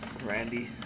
Randy